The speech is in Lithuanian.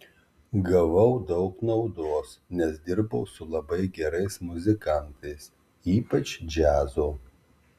gavau daug naudos nes dirbau su labai gerais muzikantais ypač džiazo